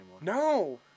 No